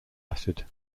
acid